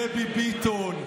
דבי ביטון,